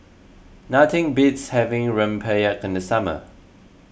nothing beats having Rempeyek in the summer